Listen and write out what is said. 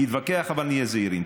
נתווכח אבל נהיה זהירים.